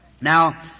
Now